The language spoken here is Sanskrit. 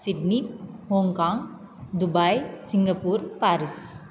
Sydney Hong Kong Dubai Singapore Paris